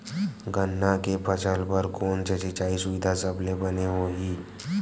गन्ना के फसल बर कोन से सिचाई सुविधा सबले बने होही?